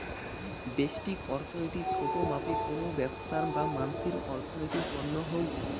ব্যষ্টিক অর্থনীতি ছোট মাপে কোনো ব্যবছার বা মানসির অর্থনীতির তন্ন হউ